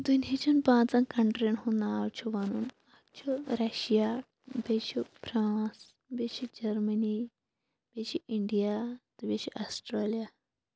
دُنہِچٮ۪ن پانژھَن کَنٹریِن ہُند ناو چھُ وَنُن اکھ چھُ رَشیا بیٚیہِ چھُ فرانس بیٚیہِ چھُ جَرمٔنی بیٚیہِ چھُ انڑیا تہٕ بیٚیہِ چھُ اَسٹریلِیا